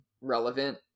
relevant